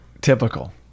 typical